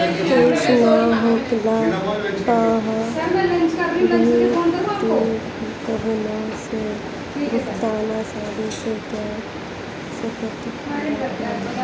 cash ना होखला पअ भी तू कवनो भी भुगतान आसानी से कर सकत बाटअ